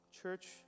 church